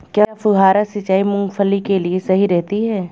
क्या फुहारा सिंचाई मूंगफली के लिए सही रहती है?